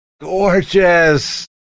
gorgeous